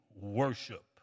worship